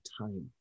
time